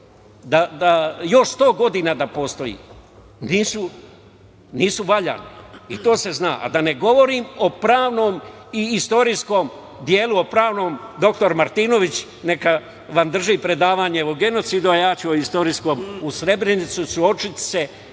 još sto godina da postoji, nisu valjane i to se zna, a da ne govorim o pravnom i istorijskom delu, o pravnom doktor Martinović neka vam drži predavanje o genocidu, a ja ću o istorijskom u Srebrenici, suočiti